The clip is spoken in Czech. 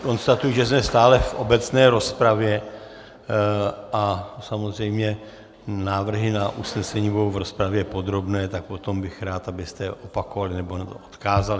Konstatuji, že jsme stále v obecné rozpravě, a samozřejmě návrhy na usnesení budou v rozpravě podrobné, tak potom bych rád, abyste je opakovali nebo na ně odkázali.